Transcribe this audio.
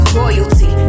royalty